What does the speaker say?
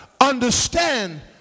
Understand